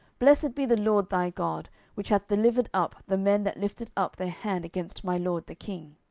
blessed be the lord thy god, which hath delivered up the men that lifted up their hand against my lord the king.